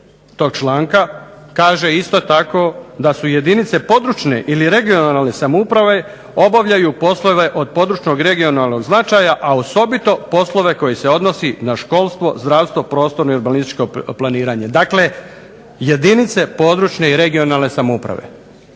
tog članka kaže isto tako da su jedinice područne ili regionalne samouprave obavljaju poslove od područnog ili regionalnog značaja, a osobito poslove koje se odnose na školstvo, zdravstvo, prostorno i urbanističko planiranje. Dakle, jedinice područne i regionalne samouprave.